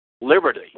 Liberty